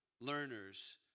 learners